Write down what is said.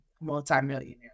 multi-millionaire